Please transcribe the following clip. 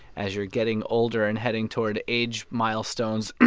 as you're getting older and heading toward age milestones,